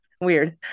weird